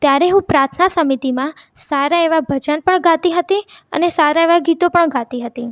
ત્યારે હું પ્રાર્થના સમિતીમાં સારા એવાં ભજન પણ ગાતી હતી અને સારા એવાં ગીતો પણ ગાતી હતી